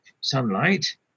sunlight